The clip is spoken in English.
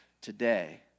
Today